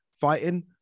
fighting